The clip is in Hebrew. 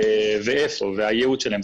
איפה והייעוד שלהן.